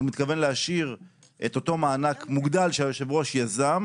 מתכוון להשאיר את אותו מענק מוגדל שהיושב-ראש יזם,